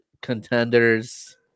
contenders